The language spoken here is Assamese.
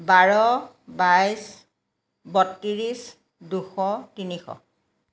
বাৰ বাইছ বত্ৰিছ দুশ তিনিশ